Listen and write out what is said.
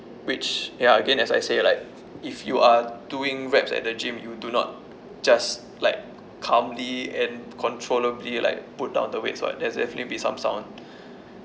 which ya again as I say like if you are doing reps at the gym you do not just like calmly and controllably like put down the weights [what] there's definitely be some sound